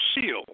seal